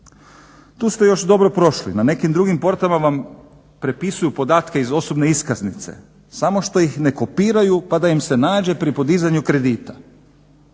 Tu ste još dobro prošli, na nekim drugim portama vam prepisuju podatke iz osobne iskaznice, samo što ih ne kopiraju pa da im se nađe pri podizanju kredita.